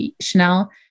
Chanel